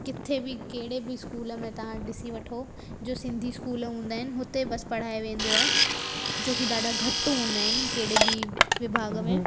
किथे बि कहिड़े बि स्कूल में तव्हां ॾिसी वठो जो सिंधी स्कूल हूंदा आहिनि हुते बस पढ़ायो वेंदो आहे जो की ॾाढा घटि हूंदा आहिनि कहिड़े बि विभाग में